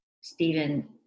Stephen